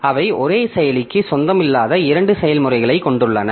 அவை ஒரே செயலிக்கு சொந்தமில்லாத இரண்டு செயல்முறைகளைக் கொண்டுள்ளன